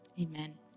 amen